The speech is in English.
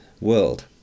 world